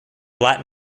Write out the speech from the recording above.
latin